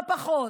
לא פחות,